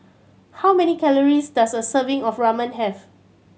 how many calories does a serving of Ramen have